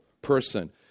person